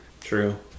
true